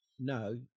no